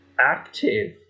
active